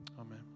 Amen